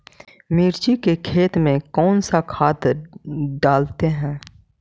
मिर्ची के खेत में कौन सा खाद डालते हैं?